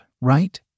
right